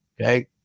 Okay